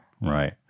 Right